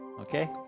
Okay